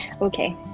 Okay